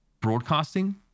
broadcasting